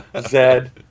Zed